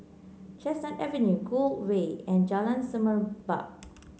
Chestnut Avenue Gul Way and Jalan Semerbak